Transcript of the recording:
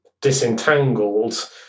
disentangled